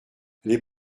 les